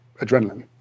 adrenaline